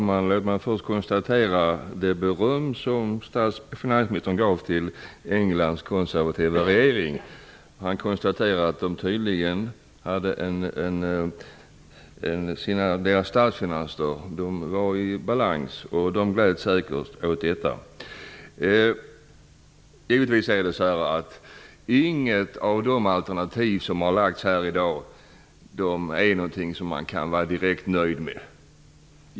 Herr talman! Finansministern gav beröm till Englands konservativa regering. Han konstaterade att deras statsfinanser var i balans, och de gläds säkert åt detta. Givetvis är inget av de alternativ som har presenterats här i dag något som man kan vara direkt nöjd med.